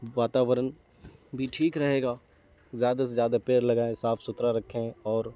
واتاورن بھی ٹھیک رہے گا زیادہ سے زیادہ پیڑ لگائے صاف ستھرا رکھیں اور